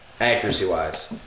accuracy-wise